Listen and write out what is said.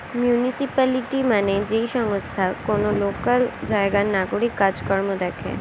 municipality মানে যেই সংস্থা কোন লোকাল জায়গার নাগরিক কাজ কর্ম দেখে